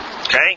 Okay